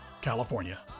California